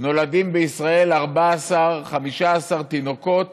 נולדים בישראל 14 15 תינוקות